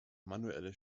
manuelle